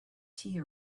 tea